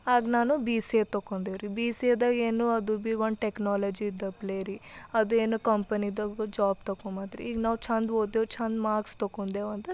ಆಗ ನಾನು B C A ತೊಗೊಂದೇವ್ರಿ ಬಿ ಸಿ ಎದಾಗ ಏನು ಅದು ಬಿ ಒಂದು ಟೆಕ್ನಾಲಾಜಿದಪ್ಲೆ ರೀ ಅದು ಏನು ಕಂಪನಿದಾಗ ಜಾಬ್ ತೊಗೊಂಬೋದ್ರಿ ಈಗ ನಾವು ಛಂದ್ ಓದ್ತೇವೆ ಛಂದ್ ಮಾರ್ಕ್ಸ್ ತೊಗೊಂದೇವ್ ಅಂದರೆ